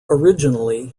originally